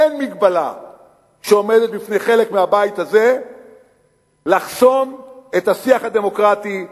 אין מגבלה שעומדת בפני חלק מהבית הזה לחסום את השיח הדמוקרטי,